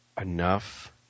enough